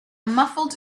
muffled